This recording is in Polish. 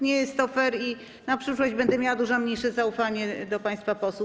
Nie jest to fair i na przyszłość będę miała dużo mniejsze zaufanie do państwa posłów.